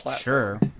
sure